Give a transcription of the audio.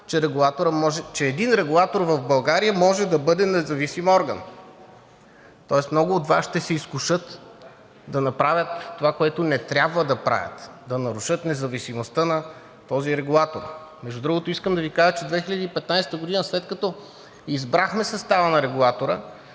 че един регулатор в България може да бъде независим орган. Тоест много от Вас ще се изкушат да направят това, което не трябва да правят – да нарушат независимостта на този регулатор. Между другото, искам да Ви кажа, че 2015 г., след като избрахме състава на регулатора,